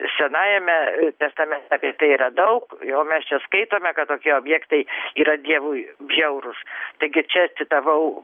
senajame testamente yra daug jau mes čia skaitome kad tokie objektai yra dievui bjaurūs taigi čia citavau